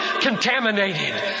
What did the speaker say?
contaminated